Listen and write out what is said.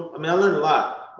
um i learned a lot,